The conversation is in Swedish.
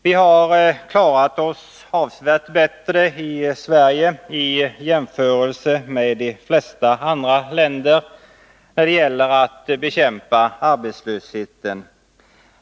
Vi har klarat oss avsevärt bättre i Sverige än man gjort i de flesta andra länder när det gäller att bekämpa arbetslösheten.